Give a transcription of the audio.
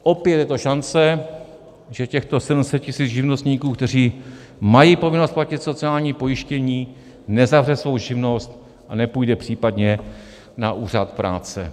Opět je to šance, že těchto 700 tisíc živnostníků, kteří mají povinnost platit sociální pojištění, nezavře svou živnost a nepůjde případně na úřad práce.